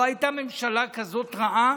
לא הייתה ממשלה כזאת רעה,